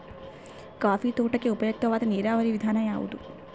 Coffee ತೋಟಕ್ಕೆ ಉಪಯುಕ್ತವಾದ ನೇರಾವರಿ ವಿಧಾನ ಯಾವುದು?